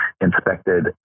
inspected